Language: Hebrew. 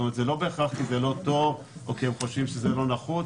זה לא בהכרח כי זה לא טוב או שהם חושבים שזה לא נחוץ.